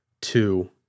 two